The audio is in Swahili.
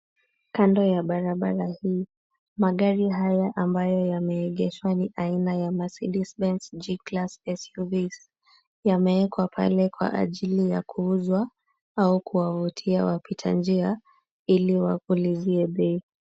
Kando ya barabara hii, magari haya ambayo yameegeshwa ni aina ya Mercedes benz,G class SUVs. Yameekwa pale kwa ajili ya kuuzwa au kuwavutia wapita njia ili waulizie bei.